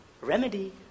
remedy